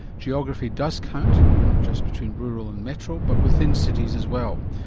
geography does count, not just between rural and metro but within cities as well.